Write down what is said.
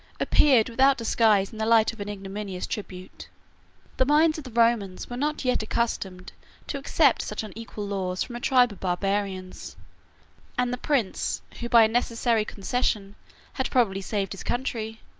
appeared without disguise in the light of an ignominious tribute the minds of the romans were not yet accustomed to accept such unequal laws from a tribe of barbarians and the prince, who by a necessary concession had probably saved his country,